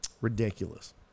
Ridiculous